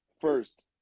First